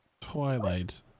twilight